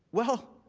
well,